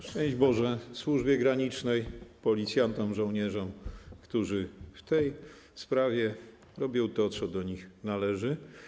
Szczęść Boże służbie granicznej, policjantom i żołnierzom, którzy w tej sprawie robią to, co do nich należy.